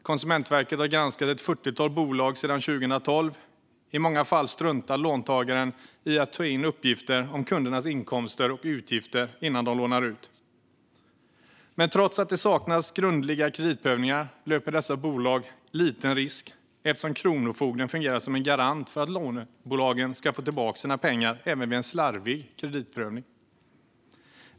Konsumentverket har granskat ett fyrtiotal bolag sedan 2012. I många fall struntar låneföretagen i att ta in uppgifter om kundernas inkomster och utgifter innan de lånar ut. Men trots att det saknas grundliga kreditprövningar löper dessa bolag liten risk, eftersom Kronofogden fungerar som en garant för att lånebolagen ska få tillbaka sina pengar även vid en slarvig kreditprövning.